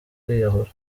kwiyahura